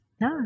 No